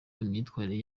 imyitwarire